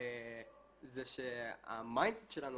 זה שהמיינדסט שלנו,